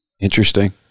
Interesting